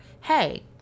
hey